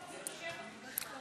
והבריאות נתקבלה.